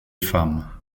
femmes